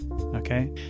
Okay